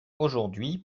aujourd’hui